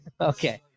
Okay